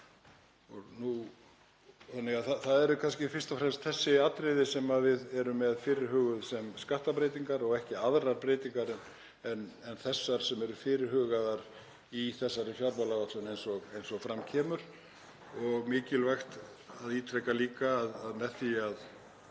þingmann. Það eru kannski fyrst og fremst þessi atriði sem við erum með fyrirhuguð sem skattbreytingar og ekki aðrar breytingar en þessar fyrirhugaðar í þessari fjármálaáætlun eins og fram kemur. Það er mikilvægt að ítreka líka að með